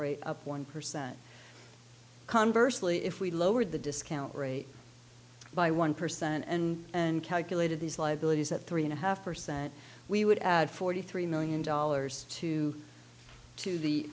rate up one percent conversely if we lowered the discount rate by one percent and and calculated these liabilities at three and a half percent we would add forty three million dollars to to the